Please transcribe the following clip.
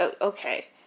okay